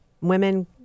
women